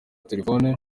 telefoni